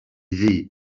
ddu